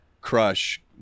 Crush